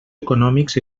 econòmics